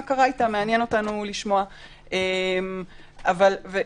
מעניין אותנו לשמוע באמת מה קרה איתם.